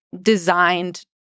designed